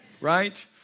Right